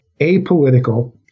apolitical